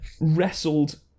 wrestled